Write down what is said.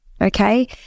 Okay